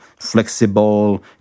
flexible